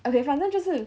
okay 反正就是